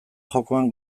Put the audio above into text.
jokoan